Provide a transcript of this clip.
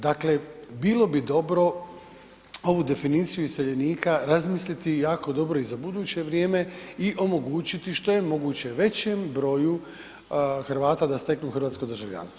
Dakle, bilo bi dobro ovu definiciju iseljenika razmisliti i jako dobro i za buduće vrijeme i omogućiti što je moguće većem broju Hrvata da steknu hrvatsko državljanstvo.